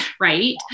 right